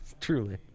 Truly